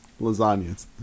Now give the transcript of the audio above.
Lasagnas